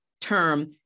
term